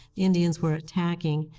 the indians were attacking.